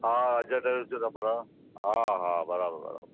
हा राजा ट्रेवल्स जो नंबरु आहे हा हा बराबरि बराबरि